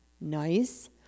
nice